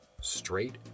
straight